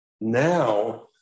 Now